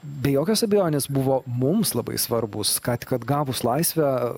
be jokios abejonės buvo mums labai svarbūs ką tik atgavus laisvę